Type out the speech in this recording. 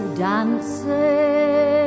dancing